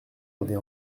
avait